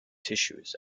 tissues